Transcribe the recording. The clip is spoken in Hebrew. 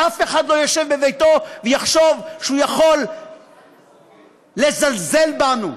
שאף אחד לא ישב בביתו ויחשוב שהוא יכול לזלזל בנו.